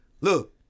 look